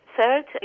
Third